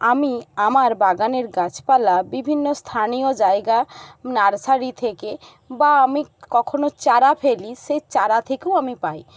আমি আমার বাগানের গাছপালা বিভিন্ন স্থানীয় জায়গা নার্সারি থেকে বা আমি কখনও চারা ফেলি সেই চারা থেকেও আমি পাই